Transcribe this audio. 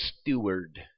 steward